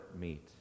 meet